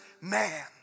man